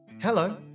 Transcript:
Hello